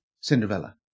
Cinderella